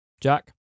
Jack